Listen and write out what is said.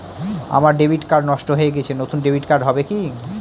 আমার debit card নষ্ট হয়ে গেছে নূতন ডেবিট কার্ড হবে কি?